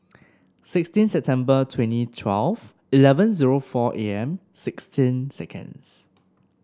sixteen September twenty twelve eleven zero for A M sixteen seconds